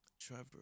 Trevor